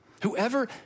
Whoever